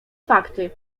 fakty